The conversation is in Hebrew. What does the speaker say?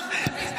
אנחנו תמיד פה.